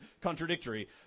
contradictory